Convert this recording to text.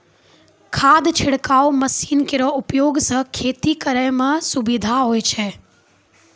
खाद छिड़काव मसीन केरो उपयोग सँ खेती करै म सुबिधा होय छै